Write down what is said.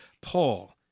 Paul